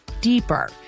deeper